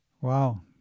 Wow